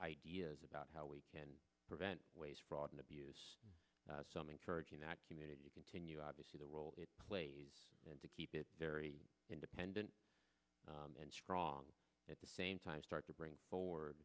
ideas about how we can prevent waste fraud and abuse some encouraging that community continue obviously the role it plays and to keep it very independent and strong at the same time start to bring for